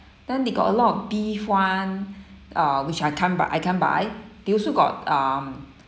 then they got a lot of beef one uh which I can't bu~ I can't buy they also got um